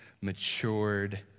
matured